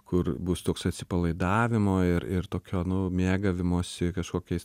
kur bus toks atsipalaidavimo ir ir tokio nu mėgavimosi kažkokiais